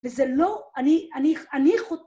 וזה לא, אני, אני, אני חו..